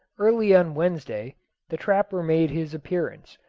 early on wednesday the trapper made his appearance,